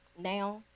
now